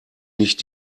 nicht